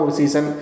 season